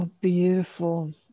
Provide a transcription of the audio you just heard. Beautiful